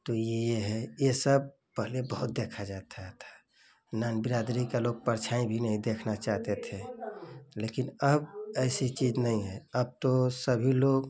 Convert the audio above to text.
तो यह यह है यह सब पहले बहुत देखा जाता था नान बिरादरी के लोग परछाईं भी नहीं देखना चाहते थे लेकिन अब ऐसी चीज नहीं है अब तो सभी लोग